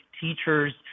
teachers